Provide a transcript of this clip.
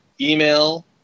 email